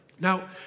Now